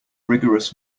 rigorous